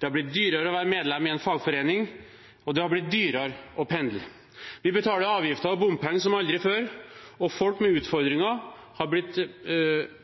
Det er blitt dyrere å være medlem i en fagforening, og det er blitt dyrere å pendle. Vi betaler avgifter og bompenger som aldri før, og folk med utfordringer er blitt